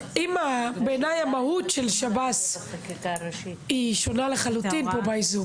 בעיניי המהות של שב"ס היא שונה לחלוטין פה באיזוק,